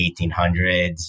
1800s